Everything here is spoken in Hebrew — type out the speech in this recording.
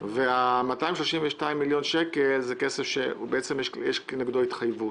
ו-232 מיליון שקל זה כסף שיש כנגדו התחייבות.